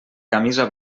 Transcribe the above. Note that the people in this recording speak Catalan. camisa